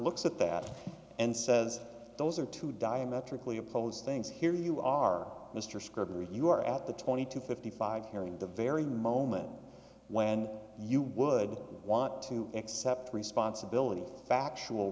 looks at that and says those are two diametrically opposed things here you are mr scruby you are at the twenty two fifty five hearing the very moment when you would want to accept responsibility factual